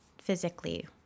physically